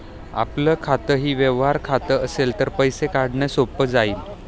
आपलं खातंही व्यवहार खातं असेल तर पैसे काढणं सोपं जाईल